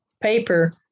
paper